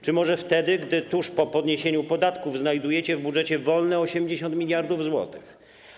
Czy może wtedy, gdy tuż po podniesieniu podatków znajdujecie w budżecie wolne 80 mld zł?